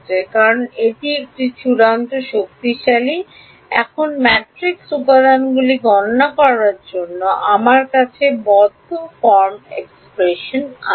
এবং কারণ এটি চূড়ান্ত শক্তিশালী এখন ম্যাট্রিক্স উপাদানগুলি গণনা করার জন্য আমার কাছে বদ্ধ ফর্ম এক্সপ্রেশন আছে